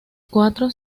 cuatros